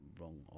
wrong